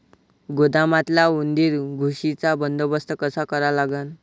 गोदामातल्या उंदीर, घुशीचा बंदोबस्त कसा करा लागन?